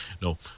No